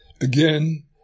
Again